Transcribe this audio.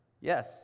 Yes